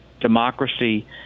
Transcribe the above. democracy